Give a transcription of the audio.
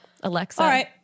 Alexa